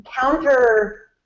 counter